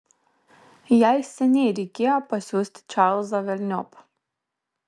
jai seniai reikėjo pasiųsti čarlzą velniop